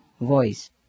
voice